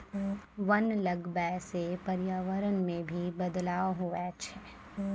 वन लगबै से पर्यावरण मे भी बदलाव हुवै छै